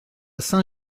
saint